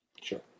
Sure